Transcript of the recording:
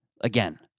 Again